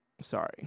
sorry